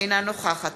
אינה נוכחת